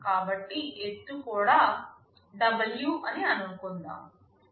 కాబట్టి ఎత్తు కూడా W అని అనుకుందాం